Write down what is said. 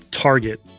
target